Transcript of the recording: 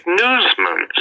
newsman